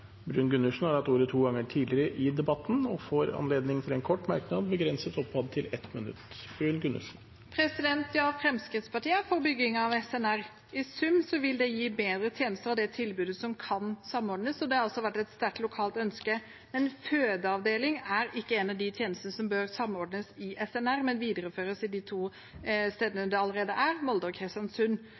har hatt ordet to ganger tidligere og får ordet til en kort merknad, begrenset til 1 minutt. Ja, Fremskrittspartiet er for bygging av SNR. I sum vil det gi bedre tjenester av det tilbudet som kan samordnes, og det har også vært et sterkt lokalt ønske. Fødeavdeling er ikke en av de tjenestene som bør samordnes i SNR, men videreføres de to stedene det allerede er, i Molde og Kristiansund.